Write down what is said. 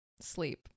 sleep